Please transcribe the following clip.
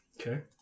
Okay